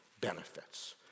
benefits